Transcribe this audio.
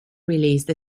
released